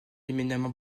éminemment